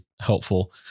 helpful